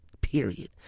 Period